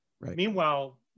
Meanwhile